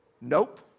Nope